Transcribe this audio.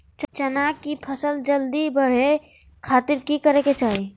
चना की फसल जल्दी बड़े खातिर की करे के चाही?